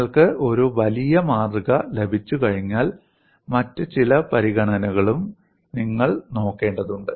നിങ്ങൾക്ക് ഒരു വലിയ മാതൃക ലഭിച്ചുകഴിഞ്ഞാൽ മറ്റ് ചില പരിഗണനകളും നിങ്ങൾ നോക്കേണ്ടതുണ്ട്